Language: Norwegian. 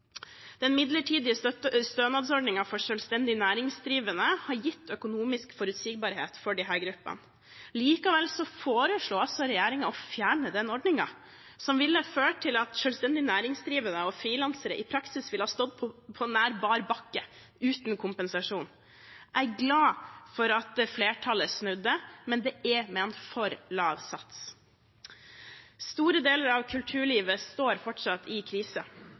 Den midlertidige stønadsordningen for selvstendig næringsdrivende har gitt økonomisk forutsigbarhet for disse gruppene. Likevel foreslo altså regjeringen å fjerne den ordningen, noe som ville ha ført til at selvstendig næringsdrivende og frilansere i praksis ville ha stått på nær bar bakke, uten kompensasjon. Jeg er glad for at flertallet snudde, men det er med en for lav sats. Store deler av kulturlivet står fortsatt i krise.